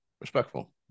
respectful